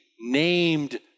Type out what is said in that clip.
named